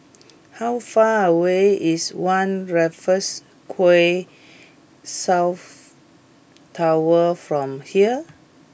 how far away is One Raffles Quay South Tower from here